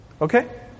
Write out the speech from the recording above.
Okay